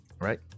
Right